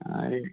ആരെ